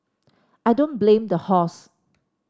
I don't blame the horse